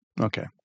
okay